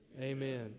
Amen